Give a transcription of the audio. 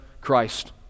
Christ